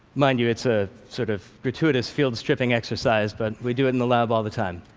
mind you, it's a sort of gratuitous field-stripping exercise, but we do it in the lab all the time.